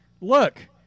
look